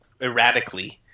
erratically